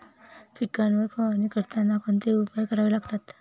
पिकांवर फवारणी करताना कोणते उपाय करावे लागतात?